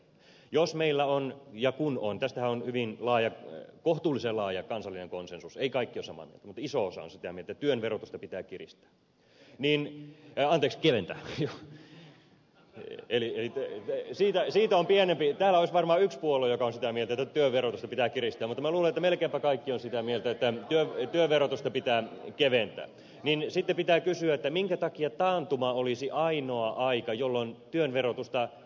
jos ja kun meillä on kohtuullisen laaja kansallinen konsensus eivät kaikki ole samaa meiltä mutta iso osa on sitä mieltä että työn verotusta pitää kiristää anteeksi keventää täällä olisi varmaan yksi puolue joka on sitä mieltä että työn verotusta pitää kiristää mutta minä luulen että melkeinpä kaikki ovat sitä mieltä että työn verotusta pitää keventää niin sitten pitää kysyä minkä takia taantuma olisi ainoa aika jolloin työn verotusta ei saisi keventää